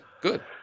good